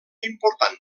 important